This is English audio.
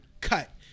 cut